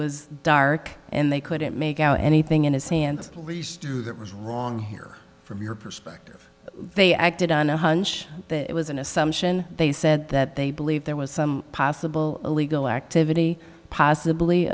was dark and they couldn't make out anything in his hands police do that was wrong here from your perspective they acted on a hunch it was an assumption they said that they believed there was some possible illegal activity possibly